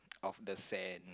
of the sand